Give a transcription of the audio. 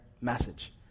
message